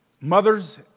Mothers